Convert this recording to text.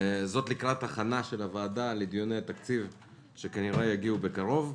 זאת כהכנה של הוועדה לקראת דיוני התקציב שכנראה יגיעו בקרוב.